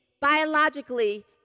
biologically